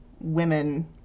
women